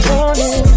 Morning